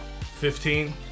Fifteen